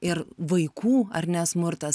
ir vaikų ar ne smurtas